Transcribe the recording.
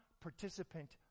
participant